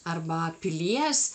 arba pilies